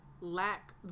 lack